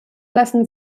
lassen